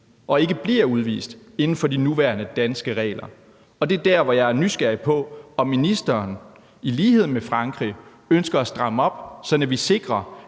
og ikke bliver udvist inden for de nuværende danske regler. Det er der, hvor jeg er nysgerrig på, om ministeren i lighed med Frankrig ønsker at stramme op, sådan at vi sikrer,